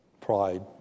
Pride